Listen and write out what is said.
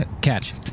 Catch